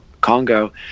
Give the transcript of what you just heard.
Congo